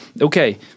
Okay